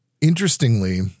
Interestingly